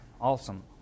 awesome